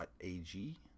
.ag